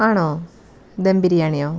ആണോ ദം ബിരിയാണിയോ